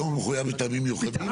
היום מחויב טעמים מיוחדים.